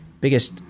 biggest